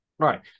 right